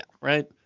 right